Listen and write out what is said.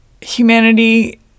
humanity